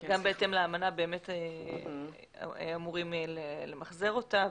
גם בהתאם לאמנה, אמורים למחזר אותה.